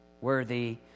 Worthy